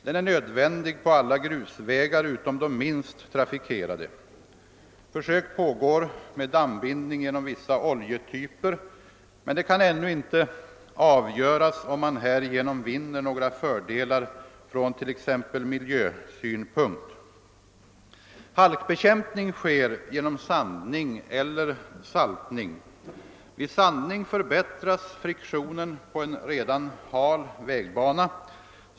Den är nödvändig på alla grusvägar utom de minst trafikerade. Försök pågår med dammbindning genom vissa oljetyper, men det kan ännu inte avgöras om man härigenom vinner några fördelar från t.ex. miljösynpunkt. Halkbekämpning sker genom sandning eller saltning. Vid sandning förbättras friktionen på en redan hal vägbana.